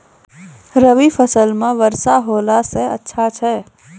रवी फसल म वर्षा होला से अच्छा छै?